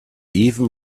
even